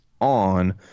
on